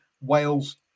Wales